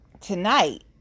tonight